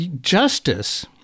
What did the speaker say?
justice